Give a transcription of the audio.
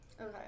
Okay